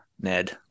Ned